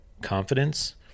confidence